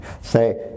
say